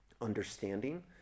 understanding